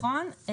נכון.